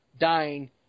dying